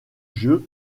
jeu